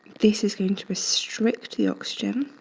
this is going to restrict the oxygen.